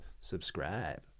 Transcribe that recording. subscribe